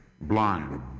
blind